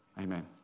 Amen